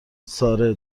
ساره